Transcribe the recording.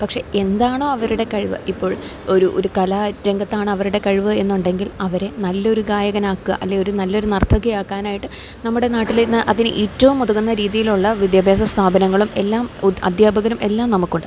പക്ഷെ എന്താണോ അവരുടെ കഴിവ് ഇപ്പോൾ ഒരു ഒരു കലാ രംഗത്താണ് അവരുടെ കഴിവ് എന്നുണ്ടെങ്കിൽ അവരെ നല്ലൊരു ഗായകനാക്ക അല്ലെങ്കി ഒരു നല്ലൊരു നർത്തകിയാക്കാനായിട്ട് നമ്മുടെ നാട്ടില് അതിന് ഏറ്റവും ഉതകുന്ന രീതിയിലുള്ള വിദ്യാഭ്യാസ സ്ഥാപനങ്ങളും എല്ലാം അധ്യാപകനും എല്ലാം നമുക്കുണ്ട്